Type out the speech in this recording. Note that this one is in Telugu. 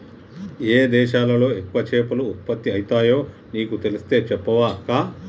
ఏయే దేశాలలో ఎక్కువ చేపలు ఉత్పత్తి అయితాయో నీకు తెలిస్తే చెప్పవ అక్కా